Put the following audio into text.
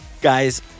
Guys